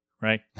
right